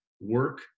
work